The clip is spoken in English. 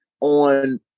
on